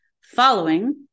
following